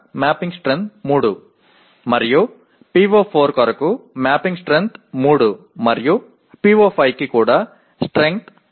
மேலும் PO4 க்கு mapping வலிமை 3 மற்றும் PO5 க்கு இது வலிமை 3 ஆகும்